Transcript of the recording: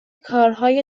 کارهای